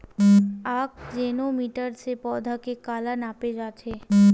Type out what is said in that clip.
आकजेनो मीटर से पौधा के काला नापे जाथे?